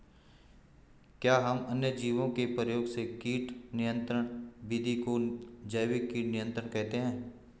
क्या हम अन्य जीवों के प्रयोग से कीट नियंत्रिण विधि को जैविक कीट नियंत्रण कहते हैं?